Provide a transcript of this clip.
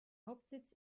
hauptsitz